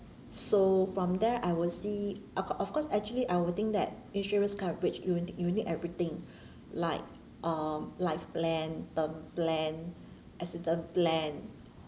so from there I will see of c~ of course actually I would think that insurance coverage you n~ you need everything like uh life plan term plan accident plan